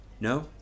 No